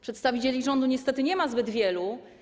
Przedstawicieli rządu niestety nie ma zbyt wielu.